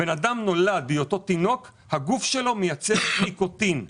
בן אדם נולד ובהיותו תינוק הגוף שלו מייצר ניקוטין.